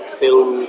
film